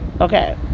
Okay